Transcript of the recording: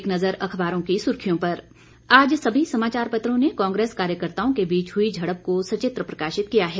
एक नज़र अखबारों की सुर्खियों पर आज सभी समाचार पत्रों ने कांग्रेस कार्यकर्त्ताओं के बीच हुई झड़प को सचित्र प्रकाशित किया है